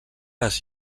les